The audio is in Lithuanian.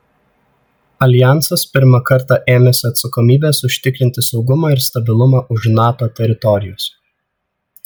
aljansas pirmą kartą ėmėsi atsakomybės užtikrinti saugumą ir stabilumą už nato teritorijos